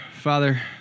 Father